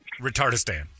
Retardistan